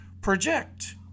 project